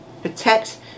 protect